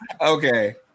Okay